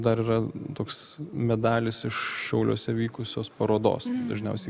dar yra toks medalis iš šiauliuose vykusios parodos dažniausiai